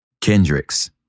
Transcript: Kendricks